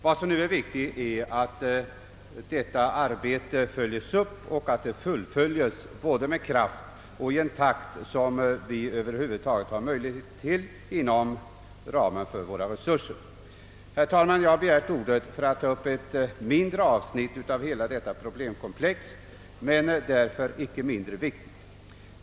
Vad som nu är viktigt är att detta arbete följs upp och fullföljes med kraft och i så snabb takt vi över huvud taget har möjlighet till inom ramen för våra resurser. Herr talman! Jag har begärt ordet för att ta upp ett mindre avsnitt av hela detta problemkomplex men ett mycket viktigt sådant.